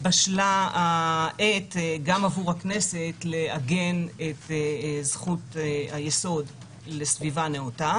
העת גם עבור הכנסת לעגן את זכות היסוד לסביבה נאותה